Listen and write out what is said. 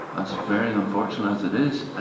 as very unfortunate as it is,